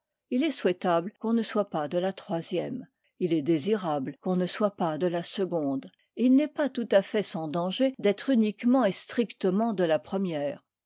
il est souhaitable qu'on ne soit pas de la troisième il est désirable qu'on ne soit pas de la seconde il n'est pas tout à fait sans danger d'être uniquement et strictement de la première